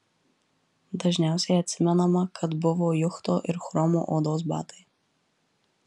dažniausiai atsimenama kad buvo juchto ir chromo odos batai